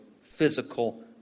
physical